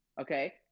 okay